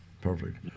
Perfect